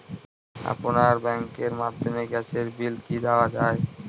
আপনার ব্যাংকের মাধ্যমে গ্যাসের বিল কি দেওয়া য়ায়?